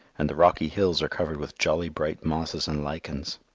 and the rocky hills are covered with jolly bright mosses and lichens.